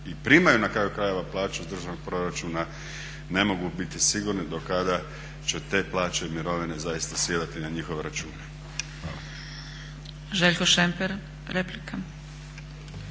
i primaju na kraju plaću iz državnog proračuna ne mogu biti sigurni do kada će te plaće i mirovine zaista sjedati na njihove račune. **Zgrebec, Dragica